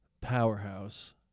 powerhouse